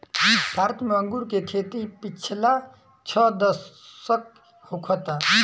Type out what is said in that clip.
भारत में अंगूर के खेती पिछला छह दशक होखता